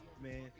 Man